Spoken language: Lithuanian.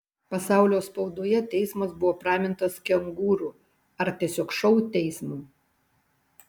pasaulio spaudoje teismas buvo pramintas kengūrų ar tiesiog šou teismu